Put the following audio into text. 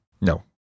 No